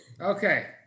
Okay